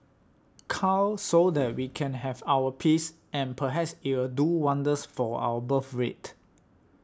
cull so that we can have our peace and perhaps it'll do wonders for our birthrate